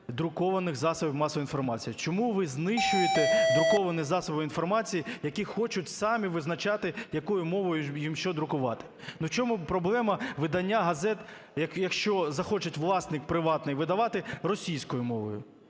друкованих засобів масової інформації? Чому ви знищуєте друковані засоби інформації, які хочуть самі визначати, якою мовою їм що друкувати? Ну в чому проблема видання газет, якщо захоче власник приватний видавати російською мовою?